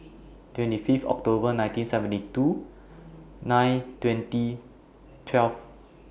twenty five October nineteen seventy two nine twenty twelve